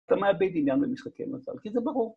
אתה מאבד עניין במשחקי המזל, כי זה ברור.